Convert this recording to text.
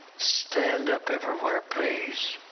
stand up everywhere, please.